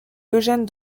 eugène